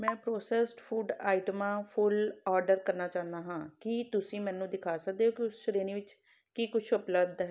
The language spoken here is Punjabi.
ਮੈਂ ਪ੍ਰੋਸੈਸਡ ਫੂਡ ਆਈਟਮਾਂ ਫੁੱਲ ਆਰਡਰ ਕਰਨਾ ਚਾਹੁੰਦਾ ਹਾਂ ਕੀ ਤੁਸੀਂ ਮੈਨੂੰ ਦਿਖਾ ਸਕਦੇ ਹੋ ਕਿ ਉਸ ਸ਼੍ਰੇਣੀ ਵਿੱਚ ਕੀ ਕੁਛ ਉਪਲਬਧ ਹੈ